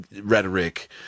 rhetoric